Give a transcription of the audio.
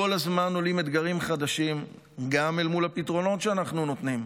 כל הזמן עולים אתגרים חדשים גם אל מול הפתרונות שאנחנו נותנים.